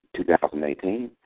2018